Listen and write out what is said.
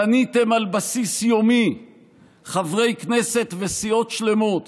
קניתם על בסיס יומי חברי כנסת וסיעות שלמות